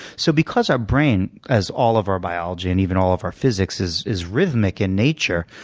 so because our brain, as all of our biology, and even all of our physics, is is rhythmic in nature,